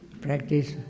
Practice